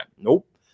Nope